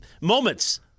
Moments